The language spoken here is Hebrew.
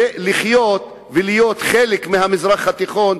ולחיות ולהיות חלק מהמזרח התיכון.